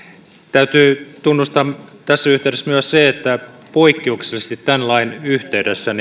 täytyy tunnustaa tässä yhteydessä myös se että poikkeuksellisesti tämän lain yhteydessä